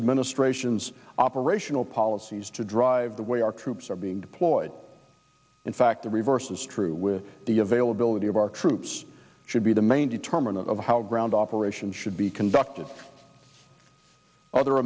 administration's operational policies to drive the way our troops are being deployed in fact the reverse is true with the availability of our troops should be the main determinant of how ground operations should be conducted other